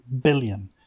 Billion